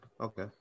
Okay